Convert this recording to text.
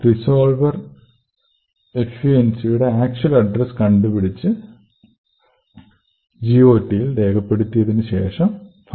resolver func ന്റെ actual address കണ്ടുപിടിച്ച് GOT ൽ രേഖപ്പെടുത്തിയതിനു ശേഷം ഫങ്ഷനെ കോൾ ചെയ്യുന്നു